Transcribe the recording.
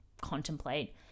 contemplate